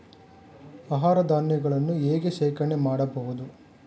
ಆಹಾರ ಧಾನ್ಯಗಳನ್ನು ಹೇಗೆ ಶೇಖರಣೆ ಮಾಡಬಹುದು?